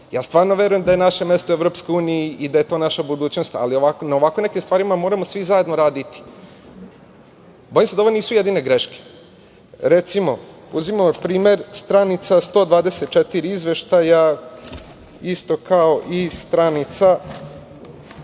Ja stvarno verujem da je naše mesto u Evropskoj uniji i da je to naša budućnost, ali na ovako nekim stvarima moramo svi zajedno raditi. Bojim se da ovo nisu jedine greške. Recimo, uzmimo primer, stranica 124 Izveštaja, isto kao i stranica